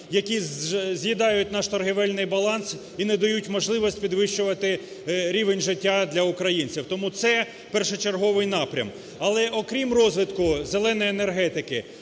які з'їдають наш торгівельний баланс і не дають можливість підвищувати рівень життя для українців, тому це першочерговий напрям. Але окрім розвитку "зеленої" енергетики,